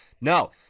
No